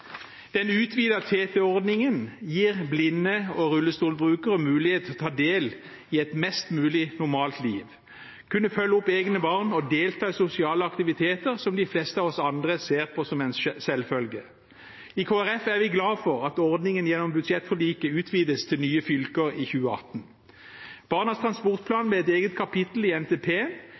Den utvidete TT-ordningen gir blinde og rullestolbrukere en mulighet til å ta del i et mest mulig normalt liv, kunne følge opp egne barn og delta i sosiale aktiviteter som de fleste av oss andre ser på som en selvfølge. I Kristelig Folkeparti er vi glad for at ordningen gjennom budsjettforliket utvides til nye fylker i 2018. Barnas transportplan fikk et eget kapittel i NTP.